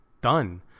done